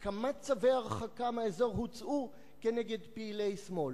כמה צווי הרחקה מהאזור הוצאו נגד פעילי שמאל?